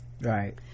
Right